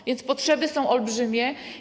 A więc potrzeby są olbrzymie.